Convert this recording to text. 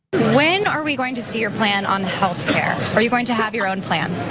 when are we going to see your plan on health care? are you going to have your own plan?